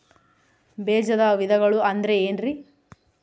ಬೇಜದ ವಿಧಗಳು ಅಂದ್ರೆ ಏನ್ರಿ?